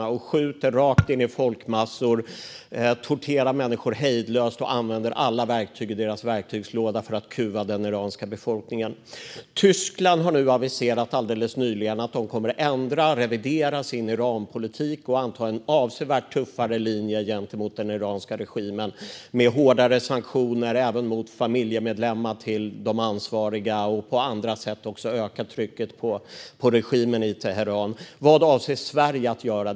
Man skjuter rakt in i folkmassor, torterar människor hejdlöst och använder alla verktyg i sin verktygslåda för att kuva den iranska befolkningen. Tyskland har alldeles nyligen aviserat att man kommer att ändra och revidera sin Iranpolitik och anta en avsevärt tuffare linje gentemot den iranska regimen. Man kommer att införa hårdare sanktioner, även mot familjemedlemmar till de ansvariga, och på andra sätt öka trycket på regimen i Teheran. Vad avser Sverige att göra?